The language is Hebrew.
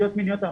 פגיעות מיניות,